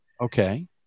Okay